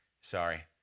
Sorry